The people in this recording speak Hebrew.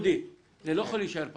דודי, זה לא יכול להישאר פתוח.